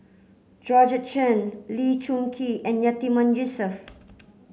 Georgette Chen Lee Choon Kee and Yatiman Yusof